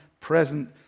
present